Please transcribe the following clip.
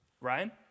Ryan